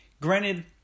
Granted